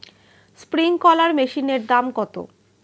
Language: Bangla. স্প্রিংকলার মেশিনের দাম কত?